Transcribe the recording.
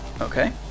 Okay